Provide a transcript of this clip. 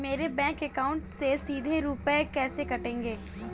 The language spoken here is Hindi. मेरे बैंक अकाउंट से सीधे रुपए कैसे कटेंगे?